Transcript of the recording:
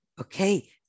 okay